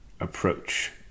Approach